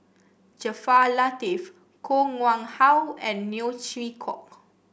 Jaafar Latiff Koh Nguang How and Neo Chwee Kok